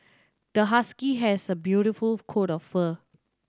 the husky has a beautiful coat of fur